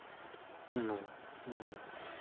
ᱚᱱᱟ ᱚᱱᱟ ᱜᱮ